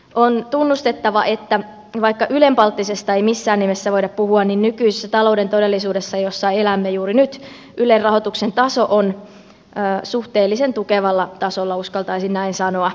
on tunnustettava että vaikka ylenpalttisesta ei missään nimessä voida puhua niin nykyisessä talouden todellisuudessa jossa elämme juuri nyt ylen rahoituksen taso on suhteellisen tukevalla tasolla uskaltaisin näin sanoa